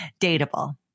Dateable